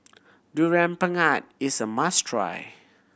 Durian Pengat is a must try